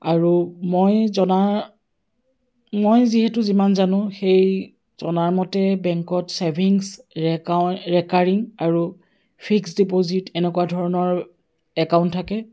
আৰু মই জনাৰ মই যিহেতু যিমান জানো সেই জনাৰ মতে বেংকত ছেভিংছ ৰেকাউ ৰেকাৰিং আৰু ফিক্স ডিপ'জিট এনেকুৱা ধৰণৰ একাউণ্ট থাকে